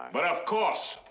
but of course.